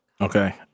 Okay